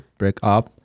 breakup